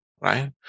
right